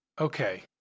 Okay